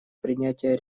принятия